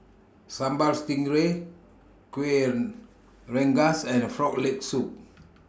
Sambal Stingray Kuih Rengas and Frog Leg Soup